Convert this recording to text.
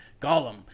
Gollum